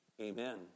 Amen